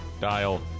Dial